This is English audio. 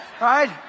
right